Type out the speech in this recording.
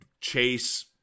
chase